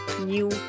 new